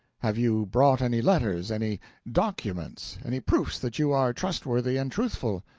have you brought any letters any documents any proofs that you are trustworthy and truthful?